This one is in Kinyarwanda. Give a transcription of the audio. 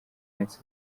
minsi